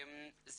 זה